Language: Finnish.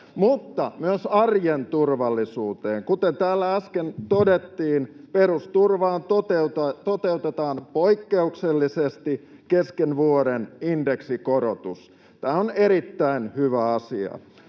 mutta myös arjen turvallisuuteen, kuten täällä äsken todettiin, perusturvaan toteutetaan poikkeuksellisesti indeksikorotus kesken vuoden. Tämä on erittäin hyvä asia.